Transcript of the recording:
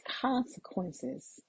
consequences